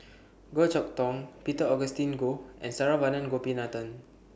Goh Chok Tong Peter Augustine Goh and Saravanan Gopinathan